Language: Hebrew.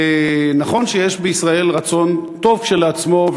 ונכון שיש בישראל רצון טוב כשלעצמו,